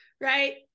right